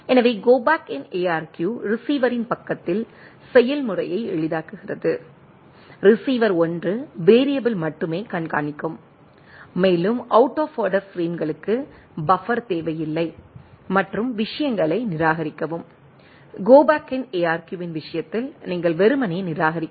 எனவே go back N ARQ receiver பக்கத்தின் செயல்முறையை எளிதாக்குகிறது ரிசீவர் 1 வேரியபிள் மட்டுமே கண்காணிக்கும் மேலும் அவுட் ஆப் ஆர்டர் பிரேம்களுக்கு பஃபர் தேவையில்லை மற்றும் விஷயங்களை நிராகரிக்கவும் கோ பேக் என் ARQ இன் விஷயத்தில் நீங்கள் வெறுமனே நிராகரிக்கவும்